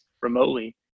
remotely